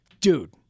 Dude